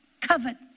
Covet